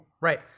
Right